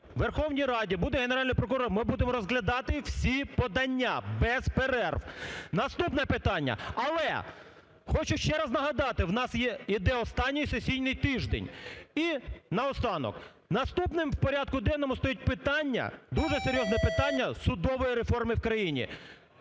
Верховній Раді буде Генеральний прокурор, ми будемо розглядати всі подання без перерв. Наступне питання, але хочу ще раз нагадати, в нас іде останній сесійний тиждень. І наостанок, наступним в порядку денному стоїть питання, дуже серйозне питання судової реформи в країні.